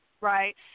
right